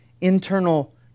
internal